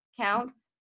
counts